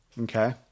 Okay